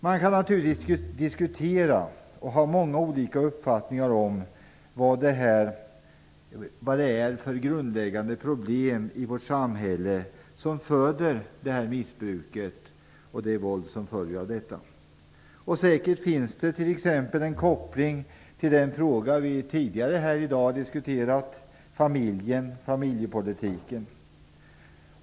Man kan naturligtvis ha olika uppfattningar om vad det är för grundläggande problem i vårt samhälle som föder missbruket och det våld som följer av detta. Säkert finns det t.ex. en koppling till den fråga vi diskuterat tidigare här i dag - familjen och familjepolitiken.